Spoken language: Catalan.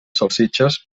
salsitxes